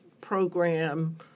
program